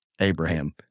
Abraham